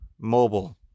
mobile